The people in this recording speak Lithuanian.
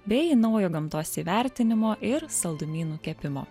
bei naujo gamtos įvertinimo ir saldumynų kepimo